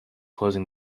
closing